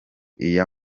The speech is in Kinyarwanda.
iya